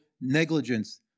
negligence